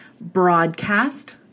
broadcast